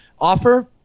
offer